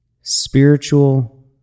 spiritual